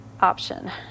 option